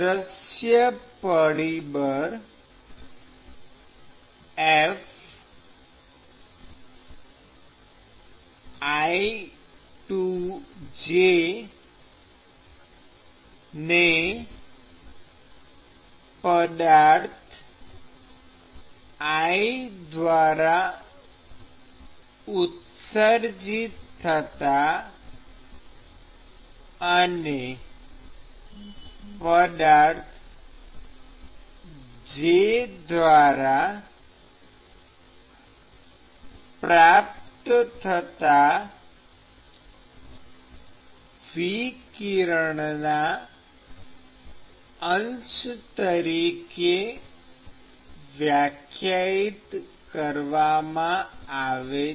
દૃશ્ય પરિબળ Fi→j ને પદાર્થ i દ્વારા ઉત્સર્જિત થતાં અને પદાર્થ j દ્વારા પ્રાપ્ત થતાં વિકિરણના અંશ તરીકે વ્યાખ્યાયિત કરવામાં આવે છે